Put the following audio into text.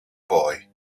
boy